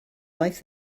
life